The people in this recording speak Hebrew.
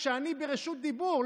כשאני ברשות דיבור,